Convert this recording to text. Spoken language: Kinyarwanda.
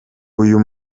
uyu